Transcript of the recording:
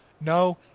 No